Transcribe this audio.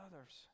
others